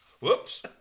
Whoops